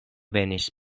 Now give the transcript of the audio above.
venis